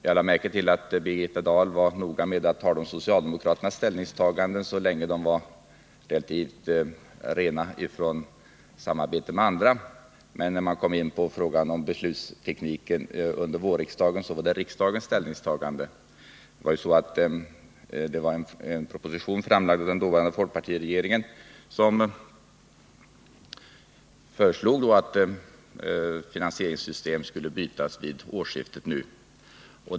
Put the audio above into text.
Jag lade märke till att Birgitta Dahl var noga med att tala om socialdemokraternas ställningstagande så länge de var relativt ”rena” från samarbete med andra, men att det, när hon kom in på frågan om beslutstekniken under vårriksdagen, var riksdagens ställningstagande hon talade om. Det var ju så att en proposition framlades av den dåvarande folkpartiregeringen, som föreslog att riksdagen skulle byta finansieringssystem vid årsskiftet 1979/1980.